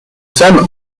sen